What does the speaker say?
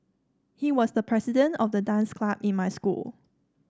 he was the president of the dance club in my school